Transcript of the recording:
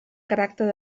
caràcter